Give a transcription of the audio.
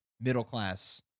middle-class